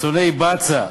שונאי בצע.